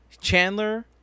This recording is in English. Chandler